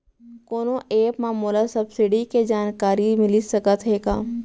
कोनो एप मा मोला सब्सिडी के जानकारी मिलिस सकत हे का?